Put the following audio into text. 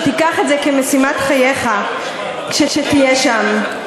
שתיקח את זה כמשימת חייך כשתהיה שם.